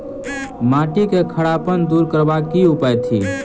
माटि केँ खड़ापन दूर करबाक की उपाय थिक?